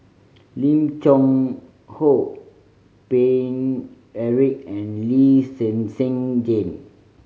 Lim Cheng Hoe Paine Eric and Lee Zhen Zhen Jane